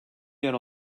yer